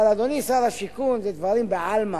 אבל, אדוני שר השיכון, זה דברים בעלמא,